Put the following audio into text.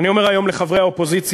אני אומר היום לחברי האופוזיציה: